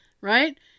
Right